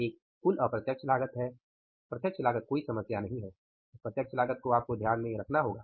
एक कुल अप्रत्यक्ष लागत है प्रत्यक्ष लागत कोई समस्या नहीं है अप्रत्यक्ष लागत को आपको ध्यान में रखना होगा